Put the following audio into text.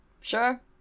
sure